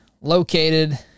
located